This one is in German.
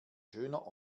schöner